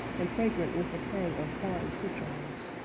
and fragrant with the tang of foreign citrons.